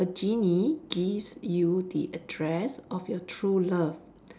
a genie gives you the address of your true love